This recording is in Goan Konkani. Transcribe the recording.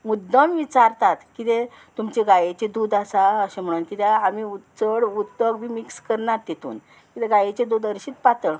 मुद्दम विचारतात कितें तुमचें गायेचें दूद आसा अशें म्हणोन कित्याक आमी चड उदक बी मिक्स करनात तितून किद्या गायेचें दूद हरशीत पातळ